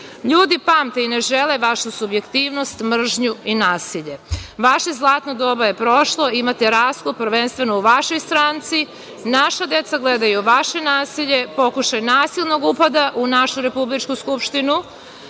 Ljudi pamte i ne žele vašu subjektivnost, mržnju i nasilje. Vaše zlatno doba je prošlo. Imate raskol prvenstveno u vašoj stranci. Naša deca gledaju vaše nasilje. Pokušaj nasilnog upada u našu Republičku skupštinu.